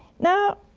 now,